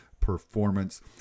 performance